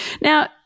Now